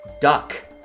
Duck